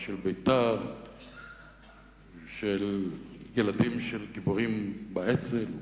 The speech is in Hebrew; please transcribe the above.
ושל בית"ר ושל ילדים של גיבורים באצ"ל ובלח"י,